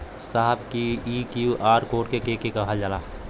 साहब इ QR code के के कहल जाला?